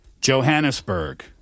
Johannesburg